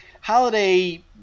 Holiday